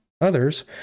others